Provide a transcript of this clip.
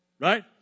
right